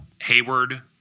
Hayward